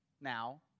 now